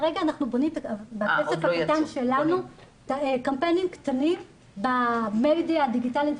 כרגע אנחנו בונים בכסף הקטן שלנו קמפיינים קטנים במדיה הדיגיטלית,